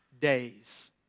days